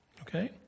Okay